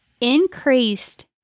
increased